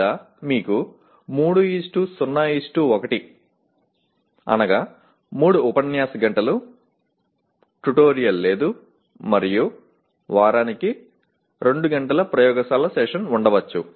లేదా మీకు 301 3 ఉపన్యాస గంటలు ట్యుటోరియల్ లేదు మరియు వారానికి 2 గంటల ప్రయోగశాల సెషన్ ఉండవచ్చు